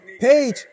Paige